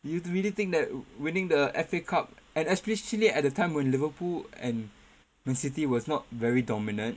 you really think that winning the F_A cup and especially at a time when Liverpool and Man City was not very dominant